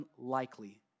unlikely